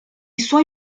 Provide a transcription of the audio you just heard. suoi